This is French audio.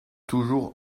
toujours